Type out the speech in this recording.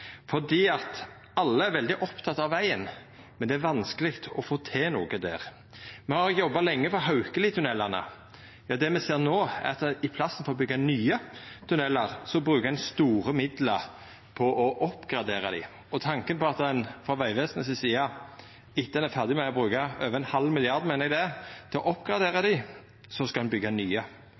alle er veldig opptekne av vegen, men det er vanskeleg å få til noko der. Me har jobba lenge med Haukeli-tunnelane, men det me ser no, er at i staden for å byggja nye tunnelar, bruker ein store midlar på å oppgradera dei. Tanken på at ein frå Vegvesenets side etter at ein er ferdig med å bruka over ein halv milliard, meiner eg det er, til å oppgradera dei, skal byggja nye,